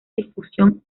difusión